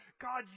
God